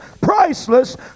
priceless